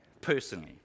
Personally